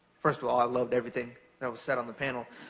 first of all, i loved everything that was said on the panel.